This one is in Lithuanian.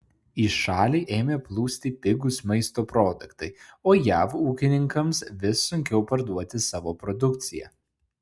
į šalį ėmė plūsti pigūs maisto produktai o jav ūkininkams vis sunkiau parduoti savo produkciją